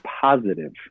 positive